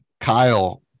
Kyle –